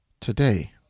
Today